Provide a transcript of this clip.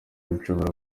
nshobora